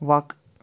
وق